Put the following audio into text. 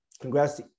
congrats